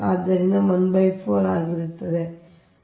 ಆದ್ದರಿಂದ ಅದು 1 4 ಆಗಿರುತ್ತದೆ